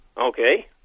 Okay